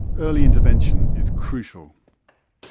early intervention is crucial.